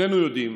שנינו יודעים